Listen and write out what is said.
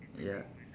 ya